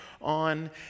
on